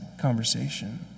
conversation